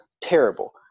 terrible